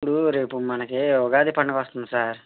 ఇప్పుడు రేపు మనకి ఉగాది పండగ వస్తుంది సార్